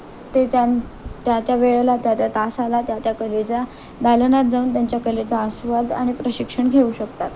ते त्या त्या त्या वेळेला त्या त्या तासाला त्या त्या कलेच्या दालनात जाऊन त्यांच्या कलेचा आस्वाद आणि प्रशिक्षण घेऊ शकतात